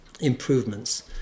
improvements